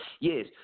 yes